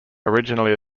originally